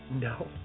No